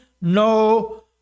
no